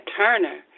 Turner